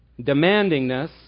demandingness